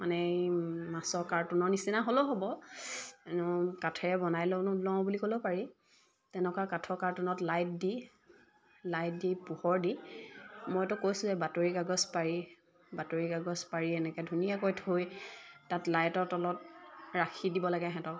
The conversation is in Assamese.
মানে মাছৰ কাৰ্টুনৰ নিচিনা হ'লেও হ'ব কাঠেৰে বনাই লওঁ লওঁ বুলি ক'লেও পাৰি তেনেকুৱা কাঠৰ কাৰ্টুনত লাইট দি লাইট দি পোহৰ দি মইতো কৈছোঁৱে বাতৰি কাগজ পাৰি বাতৰি কাগজ পাৰি এনেকৈ ধুনীয়াকৈ থৈ তাত লাইটৰ তলত ৰাখি দিব লাগে সিহঁতক